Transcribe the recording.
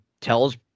tells